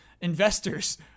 Investors